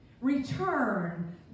Return